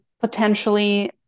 potentially